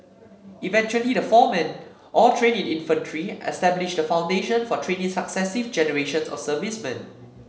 eventually the four men all trained in infantry established the foundation for training successive generations of servicemen